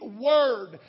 word